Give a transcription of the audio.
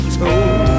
told